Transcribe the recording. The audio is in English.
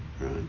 right